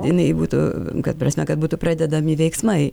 jinai būtų kad prasme kad būtų pradedami veiksmai